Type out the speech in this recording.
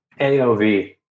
AOV